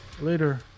Later